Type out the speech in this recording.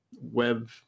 web